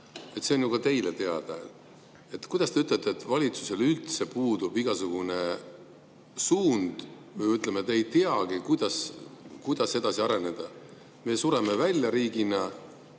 See on ju ka teile teada. Kuidas te ütlete, et valitsusel puudub igasugune suund, või ütleme, te ei teagi, kuidas edasi areneda? Me sureme välja riigina,